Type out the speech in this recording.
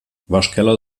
waschkeller